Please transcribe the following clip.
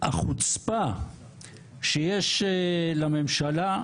שהחוצפה שיש לממשלה